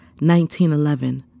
19.11